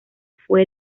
fue